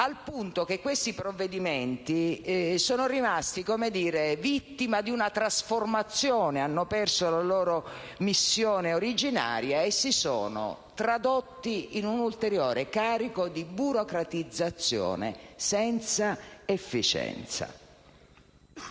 al punto che questi provvedimenti sono rimasti vittima di una trasformazione: hanno perso la loro missione originaria e si sono tradotti in un ulteriore carico di burocratizzazione senza efficacia.